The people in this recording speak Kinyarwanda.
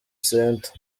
center